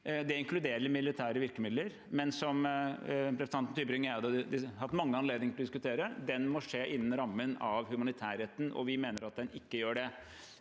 Det inkluderer militære virkemidler, men som representanten Tybring-Gjedde og jeg har hatt mange anledninger til å diskutere, må det skje innenfor rammen av humanitærretten, og vi mener at det ikke gjør det.